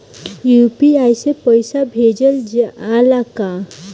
UPI से पईसा भेजल जाला का?